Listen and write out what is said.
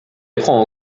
prend